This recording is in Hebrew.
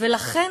ולכן,